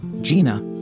Gina